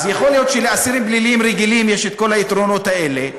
יכול להיות שלאסירים פליליים רגילים יש כל היתרונות האלה,